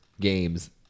games